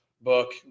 book